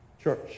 Church